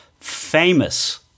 famous